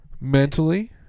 Mentally